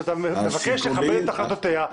שאתה מבקש לכבד את החלטותיה,